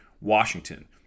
Washington